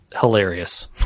hilarious